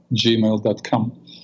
gmail.com